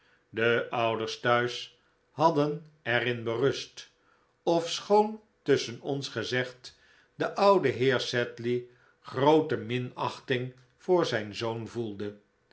de ouders thuis hadden er in berust ofschoon tusschen ons gezegd de oude heer sedley groote minachting voor zijn zoon voelde